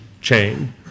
chain